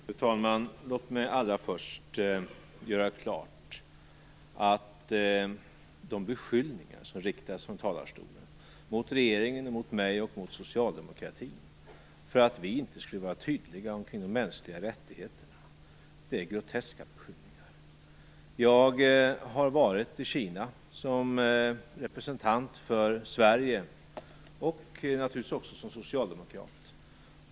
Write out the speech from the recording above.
Fru talman! Låt mig allra först göra klart att det är groteska beskyllningar som riktats från talarstolen mot regeringen, mot mig och mot socialdemokratin för att vi inte skulle vara tydliga i fråga om de mänskliga rättigheterna. Jag har varit i Kina som representant för Sverige och naturligtvis också som socialdemokrat.